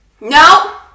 No